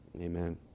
Amen